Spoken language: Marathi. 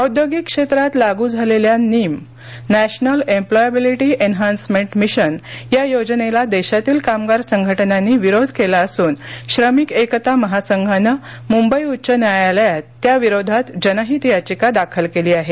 औद्योगिक क्षेत्रात लागू झालेल्या NEEM national employability enhancement mission या योजनेला देशातील कामगार संघटनांनी विरोध केला असून श्रमिक एकता महासंघाने मुंबई उच्च न्यायालयात त्याविरोधात जनहित याचिका दाखल केली आहे